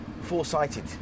foresighted